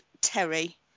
Terry